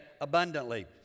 abundantly